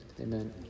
Amen